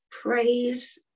praise